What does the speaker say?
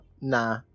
nah